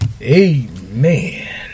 Amen